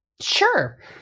Sure